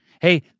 Hey